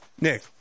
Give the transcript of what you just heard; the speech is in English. Nick